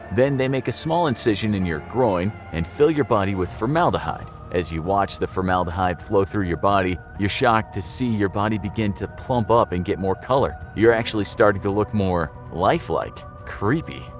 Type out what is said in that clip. then, they make a small incision in your groin and fill your body with formaldehyde. as you watch the formaldehyde flow through your body, you're shocked to see your body begin to plump up and get more colour you're actually starting to look more lifelike. creepy,